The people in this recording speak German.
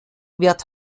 wird